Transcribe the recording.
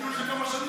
טיול של כמה שנים.